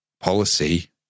policy